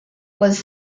was